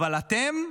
אבל אתם,